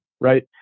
right